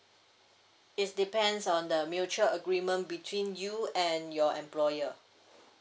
it's depends on the mutual agreement between you and your employer